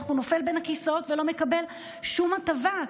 נופל בין הכיסאות ולא מקבל שום הטבה,